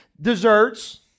desserts